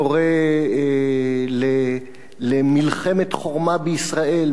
קורא למלחמת חורמה בישראל,